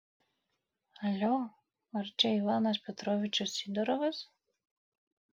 alio ar čia ivanas petrovičius sidorovas